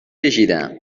کشیدم